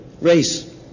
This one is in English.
race